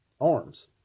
arms